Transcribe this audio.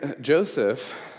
Joseph